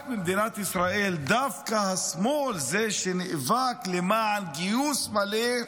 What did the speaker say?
רק במדינת ישראל דווקא השמאל הוא שנאבק למען גיוס מלא.